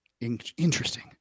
Interesting